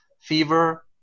fever